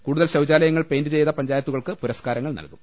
കൂടുതൽ ശൌചാലയങ്ങൾ പെയിന്റ്ചെയ്ത് പഞ്ചായത്തുകൾക്ക് പുരസ് കാരങ്ങൾ നൽകും